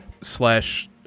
slash